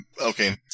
Okay